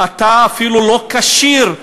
אתה אפילו לא כשיר.